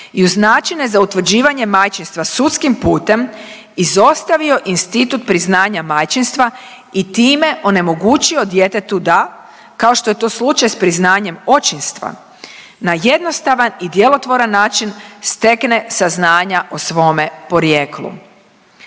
i uz načine za utvrđivanje majčinstva sudskim putem izostavio institut priznanja majčinstva i time onemogućio djetetu da, kao što je to slučaj s priznanjem očinstva, na jednostavan i djelotvoran način stekle saznanja o svome porijeklu.